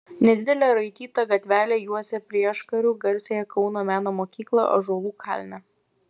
nedidelė raityta gatvelė juosia prieškariu garsiąją kauno meno mokyklą ąžuolų kalne